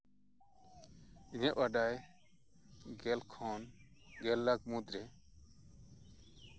ᱤᱧᱟᱹᱜ ᱵᱟᱰᱟᱭ ᱜᱮᱞ ᱠᱷᱚᱱ ᱜᱮᱞ ᱞᱟᱠᱷ ᱢᱩᱫ ᱨᱮ